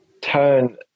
turn